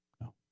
No